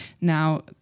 Now